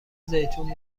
زیتون